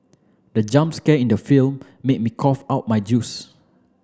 the jump scare in the film made me cough out my juice